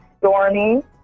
Stormy